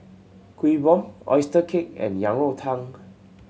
Kuih Bom oyster cake and Yang Rou Tang